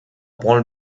branle